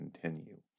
continue